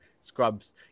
Scrubs